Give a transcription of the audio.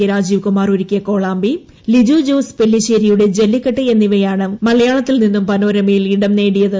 K Rajeevkumar ഒരുക്കിയ കോളാമ്പി ലിജോ ജോസ് പെല്ലിശ്ശേരിയുടെ ജെല്ലിക്കെട്ട് എന്നിവയാണ് മലയാളത്തിൽ നിന്നും പനോരമയിൽ ഇടം നേടിയത്